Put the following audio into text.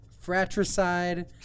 Fratricide